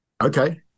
okay